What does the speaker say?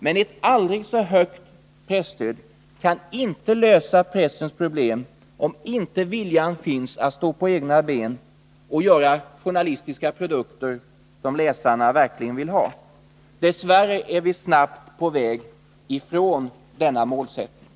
Men ett aldrig så högt presstöd kan inte lösa pressens problem, om inte viljan finns att stå på egna ben och göra journalistiska produkter som läsarna verkligen vill ha. Dess värre är vi snabbt på väg ifrån denna målsättning.